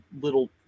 little